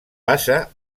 passa